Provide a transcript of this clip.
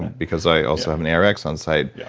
because i also have an arx on site. yeah